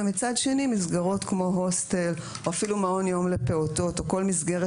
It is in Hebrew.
ומצד שני מסגרות כמו הוסטל או אפילו מעון יום לפעוטות או כל מסגרת